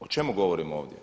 O čemu govorimo ovdje?